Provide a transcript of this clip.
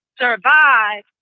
survive